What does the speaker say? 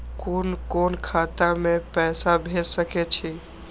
कुन कोण खाता में पैसा भेज सके छी?